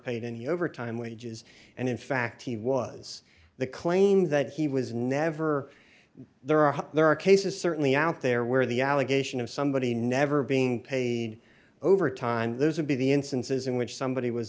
paid any overtime wages and in fact he was the claim that he was never there are there are cases certainly out there where the allegation of somebody never being paid over time those would be the instances in which somebody was